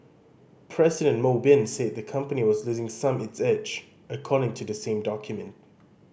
President Mo Bin said the company was losing some its edge according to the same document